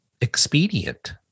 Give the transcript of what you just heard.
expedient